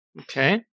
Okay